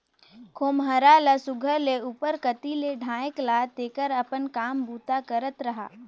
खोम्हरा ल सुग्घर ले उपर कती ले ढाएक ला तेकर अपन काम बूता करत रहा